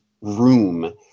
room